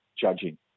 judging